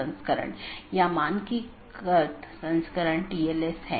जबकि जो स्थानीय ट्रैफिक नहीं है पारगमन ट्रैफिक है